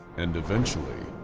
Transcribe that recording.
and eventually,